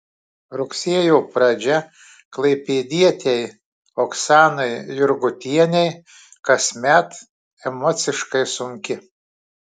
rugsėjo pradžia klaipėdietei oksanai jurgutienei kasmet emociškai sunki